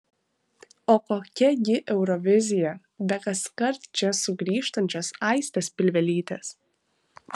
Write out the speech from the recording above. o kokia gi eurovizija be kaskart čia sugrįžtančios aistės pilvelytės